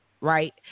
right